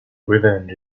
revenge